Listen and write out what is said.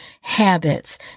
habits